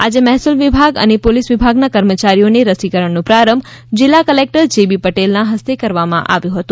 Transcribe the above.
આજે મહેસૂલ વિભાગ અને પોલીસ વિભાગના કર્મચારીઓને રસીકરણનો પ્રારંભ જીલ્લા કલેકટર જે બી પટેલના હસ્તે કરવામાં આવ્યો હતો